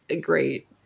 great